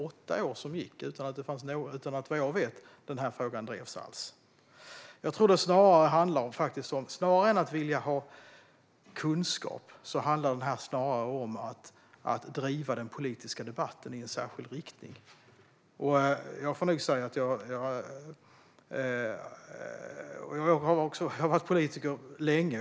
Det gick åtta år utan att den här frågan, vad jag vet, alls drevs. Snarare än att vilja ha kunskap handlar det om att driva den politiska debatten i en särskild riktning. Jag har varit politiker länge.